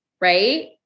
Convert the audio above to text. Right